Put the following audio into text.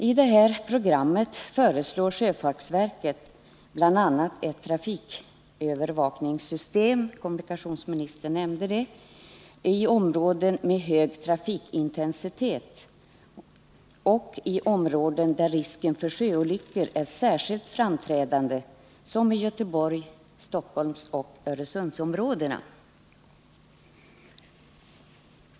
I detta program föreslår sjöfartsverket bl.a. ett trafikövervakningssystem — kommunikationsministern nämnde det — i områden med hög trafikintensitet och i områden där risken för sjöolyckor är särskilt framträdande, såsom i Göteborgs-, Stockholmsoch Öresundsområdena.